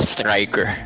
Striker